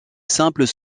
simples